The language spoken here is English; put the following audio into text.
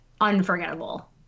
unforgettable